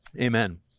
Amen